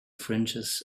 fringes